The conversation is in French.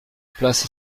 place